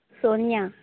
Sonia